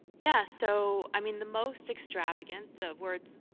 yeah, so i mean, the most extravagant, the words